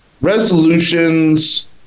resolutions